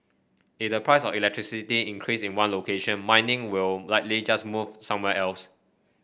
if the price of electricity increase in one location mining will likely just move somewhere else